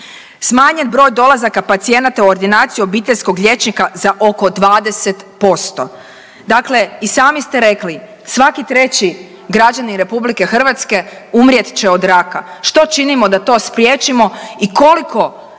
Smanjen broj dolazaka pacijenata u ordinaciju obiteljskog liječnika za oko 20%. Dakle, i sami ste rekli svaki treći građanin RH umrijet će od raka. Što činimo da to spriječimo i koliko